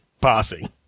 passing